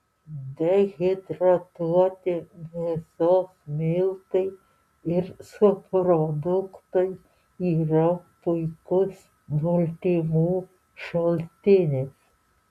dehidratuoti mėsos miltai ir subproduktai yra puikus baltymų šaltinis